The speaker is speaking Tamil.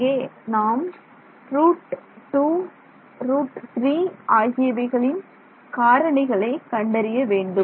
இங்கே நாம் ரூட் 2 ரூட் 3 ஆகியவைகளின் காரணிகளை கண்டறிய வேண்டும்